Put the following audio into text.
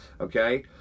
Okay